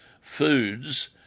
foods